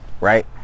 right